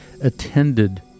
attended